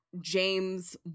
James